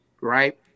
right